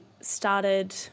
started